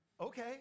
Okay